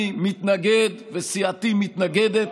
אני מתנגד וסיעתי מתנגדת.